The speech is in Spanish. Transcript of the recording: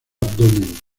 abdomen